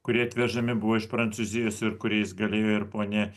kurie atvežami buvo iš prancūzijos ir kuriais galėjo ir ponia